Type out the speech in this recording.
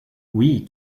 oui